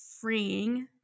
freeing